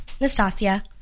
Nastasia